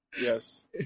Yes